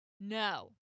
No